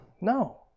No